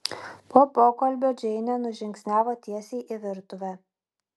po pokalbio džeinė nužingsniavo tiesiai į virtuvę